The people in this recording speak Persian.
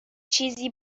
چیزی